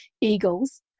eagles